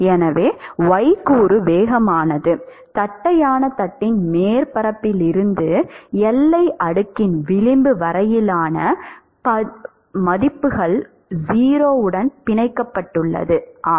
எனவே y கூறு வேகமானது தட்டையான தட்டின் மேற்பரப்பிலிருந்து எல்லை அடுக்கின் விளிம்பு வரையிலான மதிப்புகள் 0 உடன் பிணைக்கப்பட்டுள்ளது ஆம்